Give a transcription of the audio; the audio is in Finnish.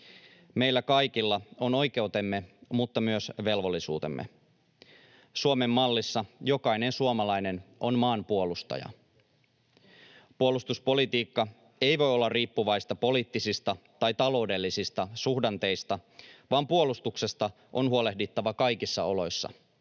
Meillä kaikilla on oikeutemme mutta myös velvollisuutemme. Suomen mallissa jokainen suomalainen on maanpuolustaja. Puolustuspolitiikka ei voi olla riippuvaista poliittisista tai taloudellisista suhdanteista, vaan puolustuksesta on huolehdittava kaikissa oloissa.